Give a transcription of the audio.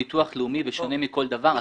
בשונה מכל דבר,